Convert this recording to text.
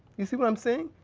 you see what i'm saying?